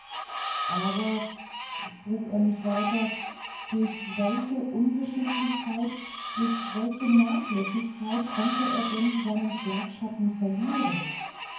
aber frug er mich weiter durch welche ungeschicklichkeit durch welche nachlässigkeit konnte er denn seinen schlagschatten verlieren